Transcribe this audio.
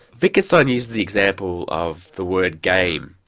wittgenstein uses the example of the word game,